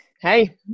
hey